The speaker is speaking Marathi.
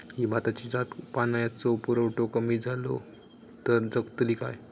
ही भाताची जात पाण्याचो पुरवठो कमी जलो तर जगतली काय?